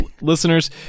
listeners